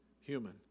human